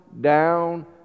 down